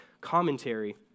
commentary